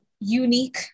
unique